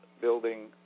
building